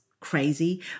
Crazy